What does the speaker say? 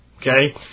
Okay